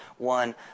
one